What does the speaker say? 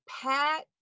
Pat